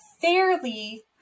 fairly